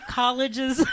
colleges